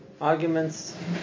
arguments